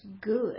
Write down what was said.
good